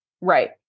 Right